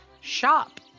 shop